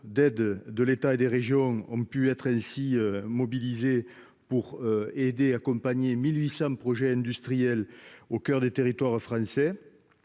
d'aide de l'État et les régions ont pu être ainsi mobilisés pour aider et accompagner 1800 projets industriels au coeur des territoires français